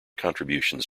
contributions